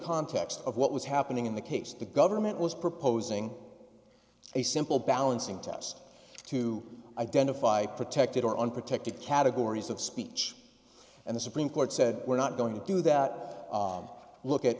context of what was happening in the case the government was proposing it's a simple balancing test to identify protected or unprotected categories of speech and the supreme court said we're not going to do that look at